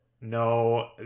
No